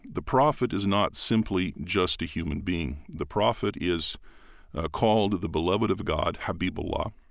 the prophet is not simply just a human being. the prophet is called the beloved of god, habiballah.